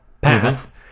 path